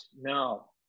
no